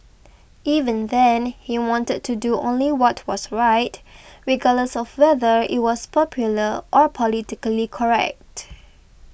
even then he wanted to do only what was right regardless of whether it was popular or politically correct